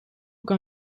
kan